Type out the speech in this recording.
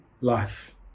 life